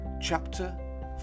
Chapter